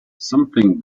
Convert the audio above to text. something